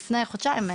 לפני חודשיים,